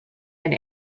and